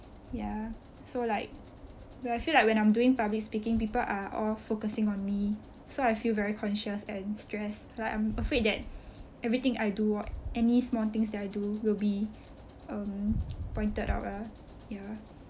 ya so like when I feel like when I'm doing public speaking people are all focusing on me so I feel very conscious and stressed like I'm afraid that everything I do any small things that I do will be um pointed out lah ya